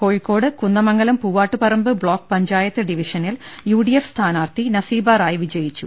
Kozhikode Kunnamangalam Poovattuparamba block panchayat ഡിവിഷനിൽ U D F സ്ഥാനാർത്ഥി നസീബാ റായ് വിജയിച്ചു